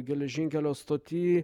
geležinkelio stoty